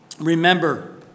remember